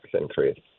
increase